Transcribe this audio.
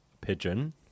Pigeon